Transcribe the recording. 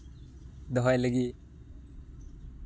ᱫᱚᱦᱚᱭ ᱞᱟᱹᱜᱤᱫ